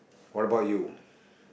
what about you